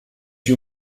you